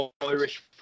Irish